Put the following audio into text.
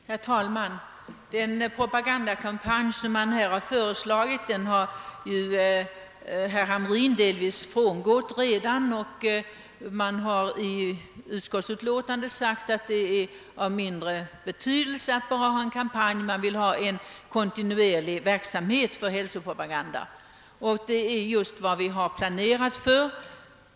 Herr talman! Den propagandakampanj som förts har herr Hamrin i Kalmar delvis redan frångått. I utskottsutlåtandet framhålls ju också att det är av mindre betydelse att här föra en separat kampanj och att det i stället är önskvärt med en kontinuerlig verksamhet beträffande hälsovårdspropagandan. Detta är just vad vi planerat.